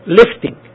lifting